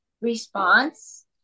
response